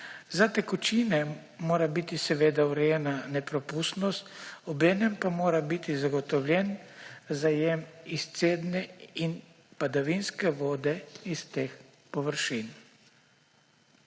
Za tekočine mora biti urejena nepropustnost, obenem pa mora biti zagotovljen zajem izcedne in padavinske vode iz teh površin.